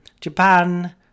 Japan